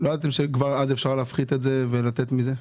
לא ידעתם שכבר אז אפשר יהיה להפחית את זה ולתת מזה?